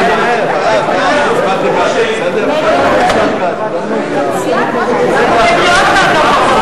ההצעה להסיר מסדר-היום את הצעת חוק הבטחת הכנסה (תיקון,